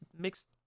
mixed